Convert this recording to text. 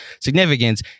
significance